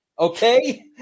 Okay